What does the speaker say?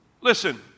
Listen